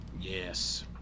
Yes